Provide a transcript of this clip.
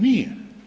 Nije.